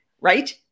right